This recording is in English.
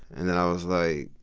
and then i was like,